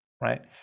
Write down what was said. right